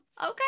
okay